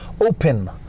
open